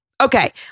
Okay